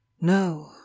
no